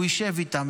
הוא ישב איתם,